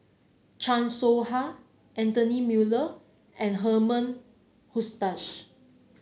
Chan Soh Ha Anthony Miller and Herman Hochstadt